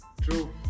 True